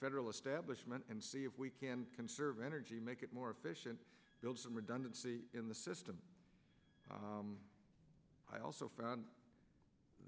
federal establishment and see if we can conserve energy make it more efficient build some redundancy in the system i also found